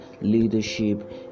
leadership